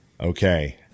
okay